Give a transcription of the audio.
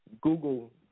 Google